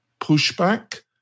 pushback